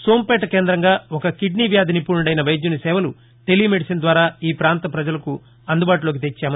సోంపేట కేంద్రంగా ఒక కిద్నీవ్యాధి నిపుణుడైన వైద్యుని సేవలు టెలీ మెడిసన్ ద్వారా ఈ పాంత పజలకు అందుబాటులోకి తెచ్చారు